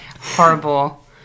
Horrible